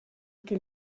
que